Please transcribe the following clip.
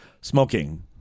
Smoking